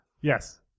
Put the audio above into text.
Yes